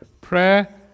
prayer